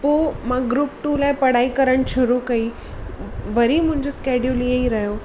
पोइ मां group two लाइ पढ़ाई करण शुरू कई वरी मुंहिंजो स्कैडयूल हीअंई रहियो